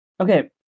Okay